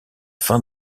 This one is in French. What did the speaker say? fin